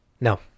no